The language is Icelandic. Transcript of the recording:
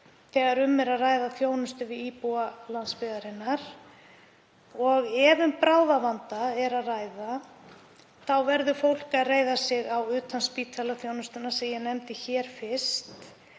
þegar um er að ræða þjónustu við íbúa landsbyggðarinnar. Ef um bráðavanda er að ræða verður fólk að reiða sig á utanspítalaþjónustuna sem ég nefndi hér fyrst